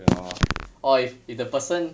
对 lor or if if the person